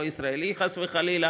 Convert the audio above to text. לא ישראלי חס וחלילה,